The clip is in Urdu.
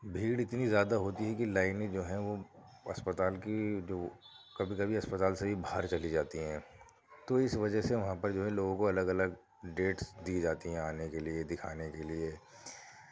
بھیڑ اتنی زیادہ ہوتی ہے کہ لائنیں جو ہیں وہ اسپتال کی جو کبھی کبھی اسپتال سے بھی باہر چلی جاتی ہیں تو اس وجہ سے وہاں پر جو ہے لوگوں کو الگ الگ ڈیٹس دی جاتی ہیں آنے کے لیے دکھانے کے لیے